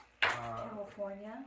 California